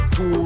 Two